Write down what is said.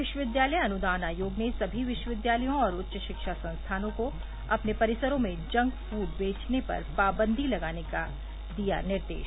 विश्वविद्यालय अनुदान आयोग ने सभी विश्वविद्यालयों और उच्च शिक्षा संस्थानों को अपने परिसरों में जंक फूड बेचने पर पाबंदी लगाने का दिया निर्देश